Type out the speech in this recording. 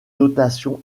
notations